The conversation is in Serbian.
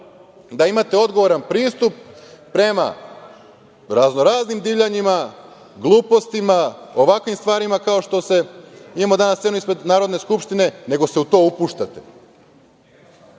da imate odgovoran pristup prema raznoraznim divljanjima, glupostima, ovakvim stvarima kao što imamo ispred Narodne skupštine, nego se u to upuštate.